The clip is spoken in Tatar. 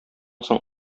соң